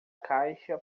caixa